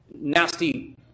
nasty